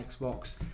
Xbox